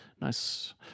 nice